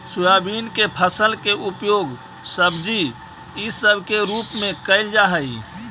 soybean के फल के उपयोग सब्जी इसब के रूप में कयल जा हई